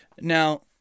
Now